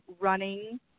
running